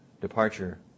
departure